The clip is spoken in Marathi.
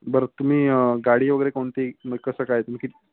बरं तुम्ही गाडी वगैरे कोणती म्हणजे कसं काय तुम्ही की